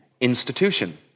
institution